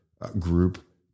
group